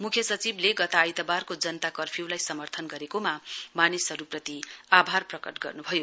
मुख्य सचिवले गत आइतबारको जनता कफर्युलाई समर्थन गरेकोमा मानिसहरूप्रति आभार प्रकट गर्नुभयो